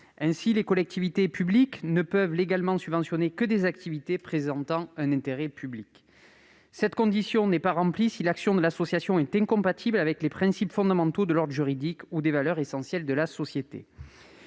Ainsi, les collectivités publiques ne peuvent légalement subventionner que des activités présentant un intérêt public. Cette condition n'est pas satisfaite si l'action de l'association s'avère incompatible avec les principes fondamentaux de l'ordre juridique ou des valeurs essentielles de la société.